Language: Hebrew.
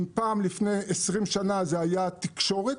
אם פעם, לפני עשרים שנה, זו הייתה התקשורת,